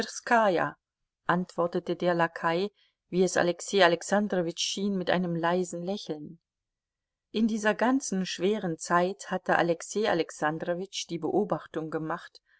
antwortete der lakai wie es alexei alexandrowitsch schien mit einem leisen lächeln in dieser ganzen schweren zeit hatte alexei alexandrowitsch die beobachtung gemacht